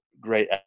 great